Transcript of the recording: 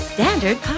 Standard